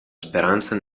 speranza